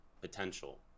potential